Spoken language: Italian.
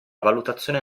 valutazione